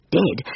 dead